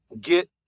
get